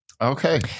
Okay